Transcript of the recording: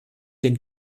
den